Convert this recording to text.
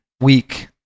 Week